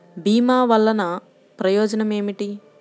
భీమ వల్లన ప్రయోజనం ఏమిటి?